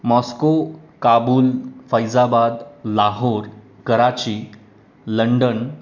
Moscow Kabul Faizabad Lahore Karachi London